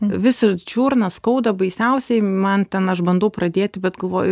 vis čiurną skauda baisiausiai man ten aš bandau pradėti bet galvoju